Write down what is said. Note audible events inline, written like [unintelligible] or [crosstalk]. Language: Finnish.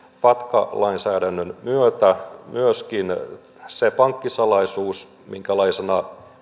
fatca lainsäädännön myötä myöskin pankkisalaisuus sellaisena [unintelligible]